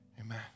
Amen